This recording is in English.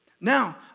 Now